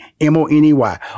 M-O-N-E-Y